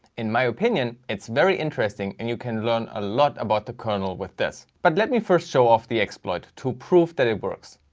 in my opinion it's very interesting and you can learn a lot about the kernel with this. but let me first show off the exploit to proof that it works.